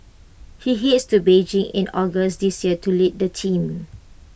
he heads to Beijing in August this year to lead the team